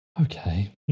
Okay